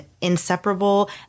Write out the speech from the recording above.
inseparable